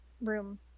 room